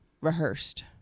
rehearsed